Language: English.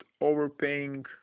overpaying